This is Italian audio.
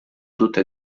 tutte